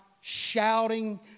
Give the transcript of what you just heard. shouting